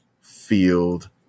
field